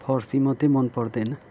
फर्सी मात्रै मन पर्दैन